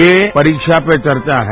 ये परीक्षा पे चर्चा है